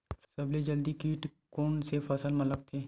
सबले जल्दी कीट कोन से फसल मा लगथे?